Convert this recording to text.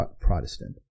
Protestant